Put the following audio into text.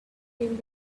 came